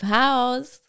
house